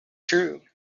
true